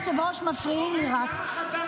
-- אתמול באת ואמרת לי -- את בעד החוק או נגד החוק?